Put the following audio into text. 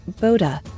boda